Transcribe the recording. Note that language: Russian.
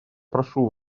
прошу